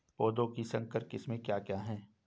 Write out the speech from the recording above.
पौधों की संकर किस्में क्या क्या हैं?